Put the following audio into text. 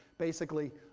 basically,